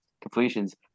completions